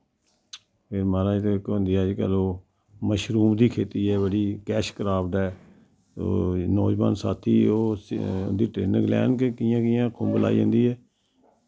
एह् माराज तो इक होंदी अज कल्ल ओह् मशरूम दी खेत्ती ऐ बड़ी कैश क्रापड ऐ ओह् नौजवान साथी ओह् ओह्दी टरेनिंग लैन के कियां कियां खुंब लाई जंदी ऐ